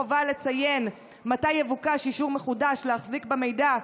החובה לציין מתי יבוקש אישור מחודש להחזיק במידע,